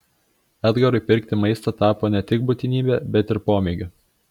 edgarui pirkti maistą tapo ne tik būtinybe bet ir pomėgiu